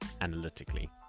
analytically